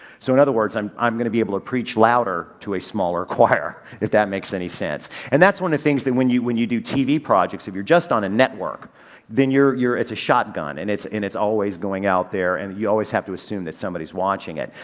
so in other words i'm i'm gonna be able to preach louder to a smaller choir if that makes any sense. and that's one of the things that when you, when you do tv projects, if you're just on a network then you're, you're, it's a shotgun and it's, and it's always going out there and you always have to assume that somebody's watching it.